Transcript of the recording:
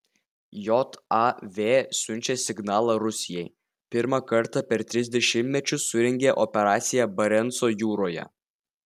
jav siunčia signalą rusijai pirmą kartą per tris dešimtmečius surengė operaciją barenco jūroje